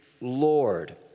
Lord